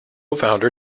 founder